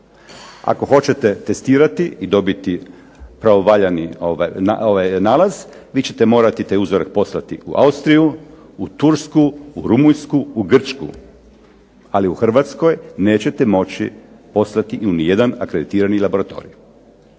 Ako hoćete testirati i dobiti pravovaljani nalaz vi ćete morati taj uzorak poslati u Austriju, u Tursku, u Rumunjsku, u Grčku, ali u Hrvatskoj nećete moći poslati u nijedan akreditirani laboratorij.